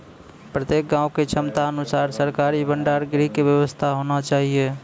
प्रत्येक गाँव के क्षमता अनुसार सरकारी भंडार गृह के व्यवस्था होना चाहिए?